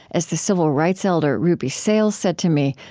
as the civil rights elder ruby sales said to me,